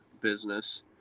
business